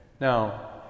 Now